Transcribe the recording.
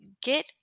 Get